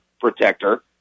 protector